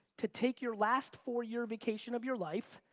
to take your last four year vacation of your life.